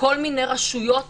בכל מיני רשויות